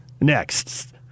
next